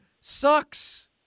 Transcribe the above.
sucks